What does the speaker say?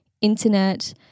internet